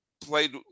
played